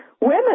women